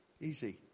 easy